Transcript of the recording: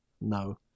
No